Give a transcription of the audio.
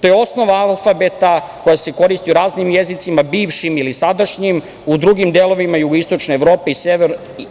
To je osnova alfabeta koja se koristi u raznim jezicima, bivšim ili sadašnjim, u drugim delovima jugoistočne Evrope